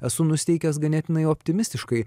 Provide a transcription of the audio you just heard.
esu nusiteikęs ganėtinai optimistiškai